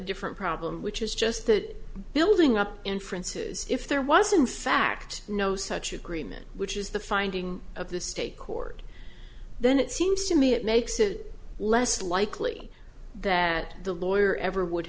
problem which is just that building up inferences if there was in fact no such agreement which is the finding of the state court then it seems to me it makes it less likely that the lawyer ever would